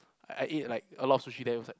I eat like a lot of sushi there was like